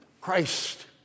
Christ